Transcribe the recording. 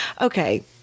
okay